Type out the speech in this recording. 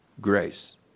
grace